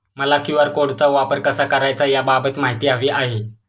मला क्यू.आर कोडचा वापर कसा करायचा याबाबत माहिती हवी आहे